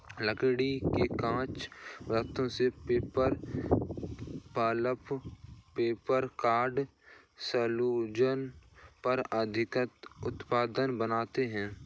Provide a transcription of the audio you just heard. लकड़ी के कच्चे पदार्थ से paper, pulp, paper board, cellulose पर आधारित उत्पाद बनाते हैं